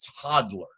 toddler